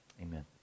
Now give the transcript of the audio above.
Amen